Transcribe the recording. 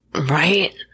Right